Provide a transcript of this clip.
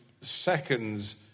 seconds